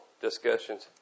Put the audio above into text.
discussions